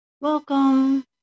Welcome